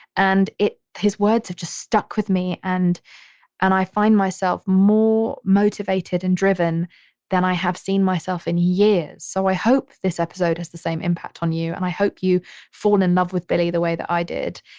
and it, his words have just stuck with me, and and i find myself more motivated and driven than i have seen myself in years. so i hope this episode has the same impact on you. and i hope you fall in love with billy the way that i did.